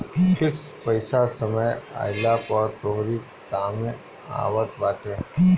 fix पईसा समय आईला पअ तोहरी कामे आवत बाटे